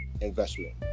investment